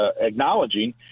acknowledging